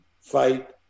fight